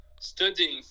studying